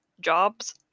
jobs